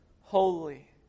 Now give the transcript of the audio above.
holy